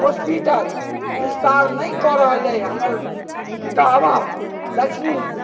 hospital विस्तार नहि कऽ रहल अछि हमर पितामह लक्ष्मी